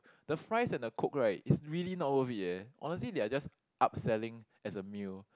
the fries and the coke right is really not worth it eh honestly they are just upselling as a meal